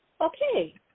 Okay